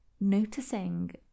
noticing